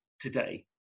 today